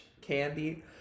Candy